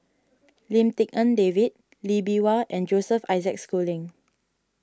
Lim Tik En David Lee Bee Wah and Joseph Isaac Schooling